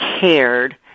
cared